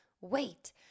wait